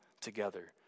together